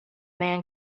man